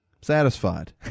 satisfied